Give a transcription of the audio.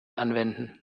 anwenden